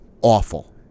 awful